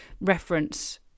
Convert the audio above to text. reference